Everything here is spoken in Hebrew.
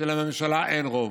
שלממשלה אין רוב.